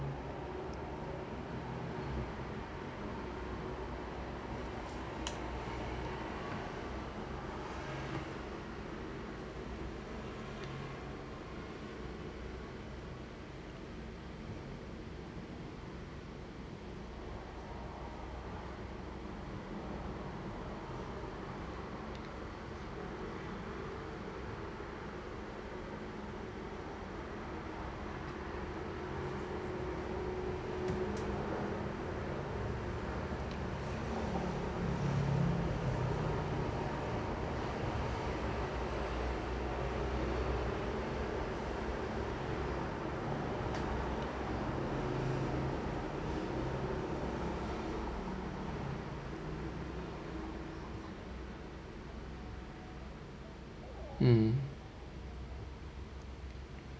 mm